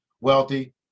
wealthy